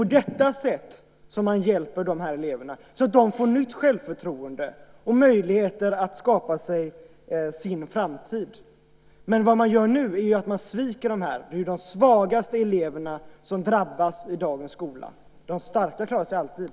På detta sätt hjälper man de här eleverna att få nytt självförtroende och möjligheter att skapa sig sin framtid. Vad man nu gör är att man sviker dem. Det är de svagaste eleverna som drabbas i dagens skola. De starka klarar sig alltid.